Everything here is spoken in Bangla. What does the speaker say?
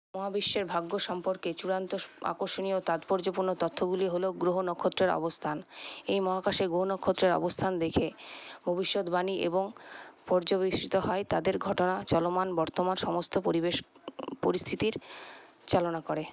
মহাবিশ্বের ভাগ্য সম্পর্কে চূড়ান্ত আকর্ষণীয় তাৎপর্যপূর্ণ তথ্যগুলি হল গ্রহ নক্ষত্রের অবস্থান এই মহাকাশে গ্রহ নক্ষত্রের অবস্থান দেখে ভবিষৎবানী এবং পর্যবেষ্টিত হয় তাদের ঘটনা চলমান বর্তমান সমস্ত পরিবেশ পরিস্থিতির চালনা করে